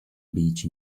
beach